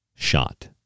Shot